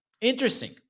interesting